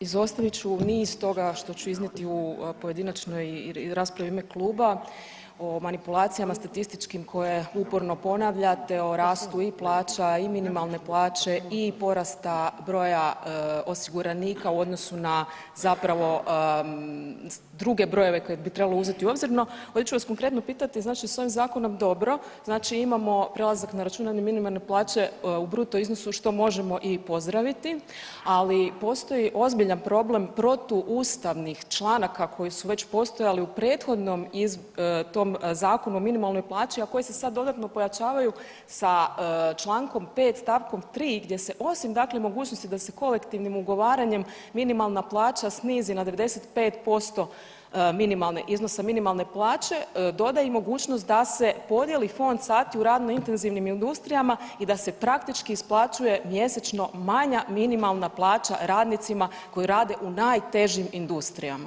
Izostavit ću niz toga što ću iznijeti u pojedinačnoj raspravi i u ime kluba o manipulacijama statističkim koje uporno ponavljate o rastu i plaća i minimalne plaće i porasta broja osiguranika u odnosu na zapravo druge brojeve koje bi trebalo uzeti u obzir, no, ovdje ću vas konkretno pitati, znači s ovim Zakonom, dobro, znači imamo prelazak na računanje minimalne plaće u bruto iznosu, što možemo i pozdraviti, ali postoji ozbiljan problem protuustavnih članaka koji su već postojali u prethodnom tom zakonu o minimalnoj plaći, a koji se sad dodatno pojačavaju sa čl. 5 st. 3 gdje se, osim dakle, mogućnosti da se kolektivnim ugovaranjem minimalna plaća snizi na 95% minimalne, iznosa minimalne plaće, doda i mogućnost da se podijeli fond sati u radno intenzivnim industrijama i da se praktički isplaćuje mjesečno manja minimalna plaća radnicima koji rade u najtežim industrijama.